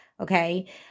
Okay